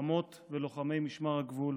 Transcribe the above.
לוחמות ולוחמי משמר הגבול,